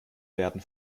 werden